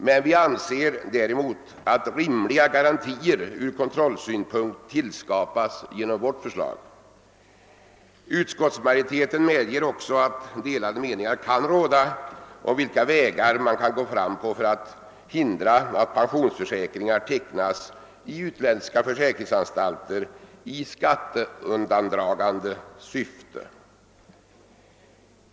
Men vi anser att rimliga garantier ur kontrollsynpunkt tillskapas genom vårt förslag. Utskottsmajoriteten medger också att delade meningar kan råda om på vilka vägar man bör gå fram för att hindra att pensionsförsäkringar tecknas i utländska försäkringsanstalter i skatteundandragande syfte.